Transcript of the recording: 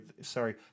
sorry